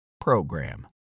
program